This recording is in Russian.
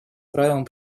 правилам